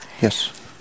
Yes